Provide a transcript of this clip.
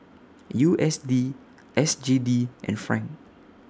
U S D S G D and Franc